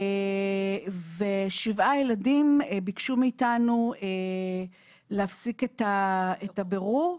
7 ילדים ביקשו מאיתנו להפסיק את הבירור.